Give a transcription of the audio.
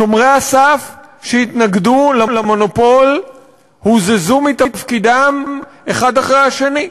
שומרי הסף שהתנגדו למונופול הוזזו מתפקידיהם אחד אחרי השני,